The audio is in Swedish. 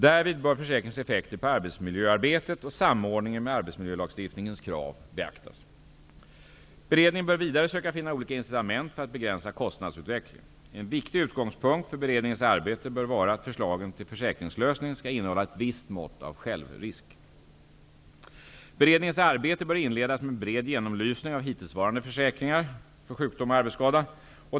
Därvid bör försäkringens effekter på arbetsmiljöarbetet och samordningen med arbetsmiljölagstiftningens krav beaktas. Beredningen bör vidare söka finna olika incitament för att begränsa kostnadsutvecklingen. En viktig utgångspunkt för beredningens arbete bör vara att förslagen till försäkringslösning skall innehålla ett visst mått av självrisk. Beredningens arbete bör inledas med en bred genomlysning av hittillsvarande försäkringar för sjukdom och arbetsskada.